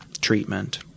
treatment